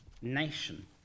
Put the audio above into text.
nation